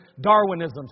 Darwinism